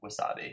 wasabi